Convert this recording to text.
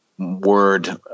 Word